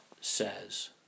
says